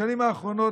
בשנים האחרונות,